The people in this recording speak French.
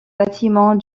bâtiments